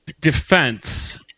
defense